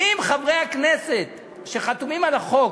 אם חברי הכנסת שחתומים על החוק,